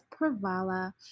Pravala